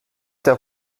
der